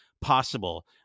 possible